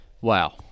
Wow